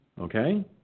Okay